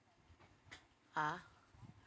ah